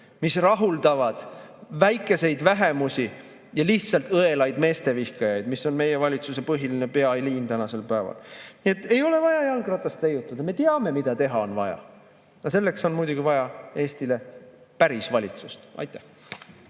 mis rahuldavad väikeseid vähemusi ja lihtsalt õelaid meestevihkajaid, mis on meie valitsuse põhiline pealiin tänasel päeval. Nii et ei ole vaja jalgratast leiutada. Me teame, mida on vaja teha. Aga selleks on muidugi vaja Eestile päris valitsust. Aitäh!